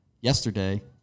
yesterday